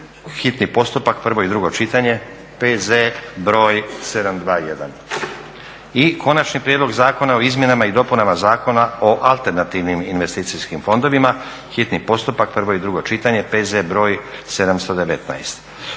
hitni postupak, prvo i drugo čitanje, P.Z. br. 721; - Konačni prijedlog zakona o izmjenama i dopunama Zakona o alternativnim investicijskim fondovima, hitni postupak, prvo i drugo čitanje, P.Z. br. 719;